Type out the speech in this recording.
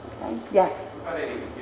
Yes